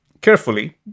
carefully